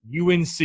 unc